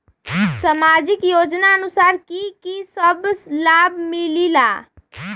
समाजिक योजनानुसार कि कि सब लाब मिलीला?